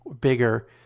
bigger